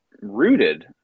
rooted